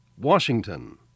Washington